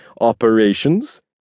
operations